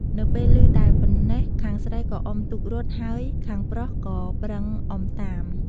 នៅពេលឮតែប៉ុណ្ណេះ ខាងស្រីក៏អុំទូករត់ ហើយខាងប្រុសក៏ប្រឹងអុំតាម ។